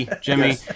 Jimmy